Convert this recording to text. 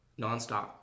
nonstop